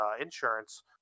insurance